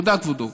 תודה, כבודו.